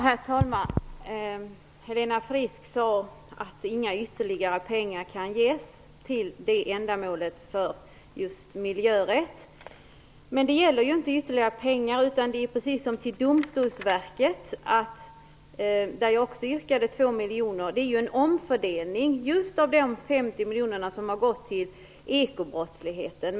Herr talman! Helena Frisk sade att inga ytterligare pengar kan ges till åklagarmyndigheterna för just miljörätt. Men det gäller ju inte ytterligare pengar. Det är precis som till Domstolsverket, där jag också yrkade 2 miljoner. Det är ju en omfördelning av de 50 miljoner som har gått till ekobrottsligheten.